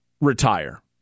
retire